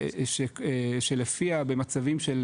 שלפיה במצבים של